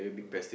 mm